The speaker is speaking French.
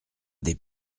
des